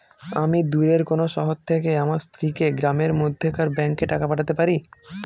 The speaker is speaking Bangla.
আমি দূরের কোনো শহর থেকে আমার স্ত্রীকে গ্রামের মধ্যেকার ব্যাংকে টাকা পাঠাতে পারি?